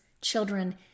children